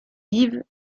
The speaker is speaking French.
yves